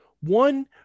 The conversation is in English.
One